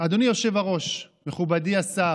אדוני היושב-ראש, מכובדי השר,